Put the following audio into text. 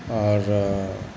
आओर